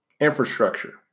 infrastructure